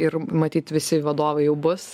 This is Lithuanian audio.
ir matyt visi vadovai jau bus